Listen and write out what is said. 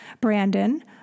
Brandon